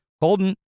Colton